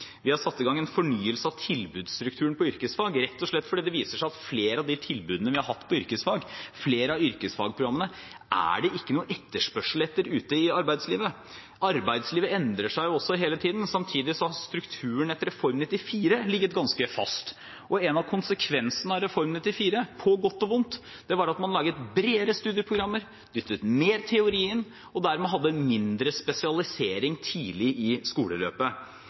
Vi har satt i gang en fornyelse av tilbudsstrukturen for yrkesfag, rett og slett fordi det viser seg at flere av de tilbudene vi har hatt på yrkesfag, flere av yrkesfagprogrammene, er det ikke noen etterspørsel etter ute i arbeidslivet. Arbeidslivet endrer seg jo også hele tiden, samtidig som strukturen etter Reform 94 ligger ganske fast. En av konsekvensene av Reform 94, på godt og vondt, var at man laget bredere studieprogrammer, dyttet mer teori inn og dermed hadde mindre spesialisering tidlig i skoleløpet.